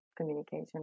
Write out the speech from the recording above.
communication